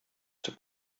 czy